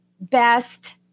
best